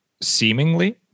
seemingly